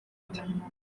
ite